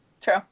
True